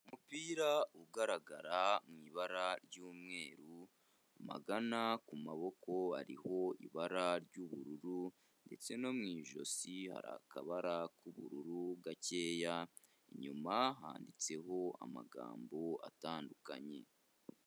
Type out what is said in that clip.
Umupira ugaragara mu ibara ry'umweru, amagana ku maboko hariho ibara ry'ubururu, ndetse no mu ijosi hari akabara k'ubururu gakeya, inyuma handitseho amagambo atandukanye.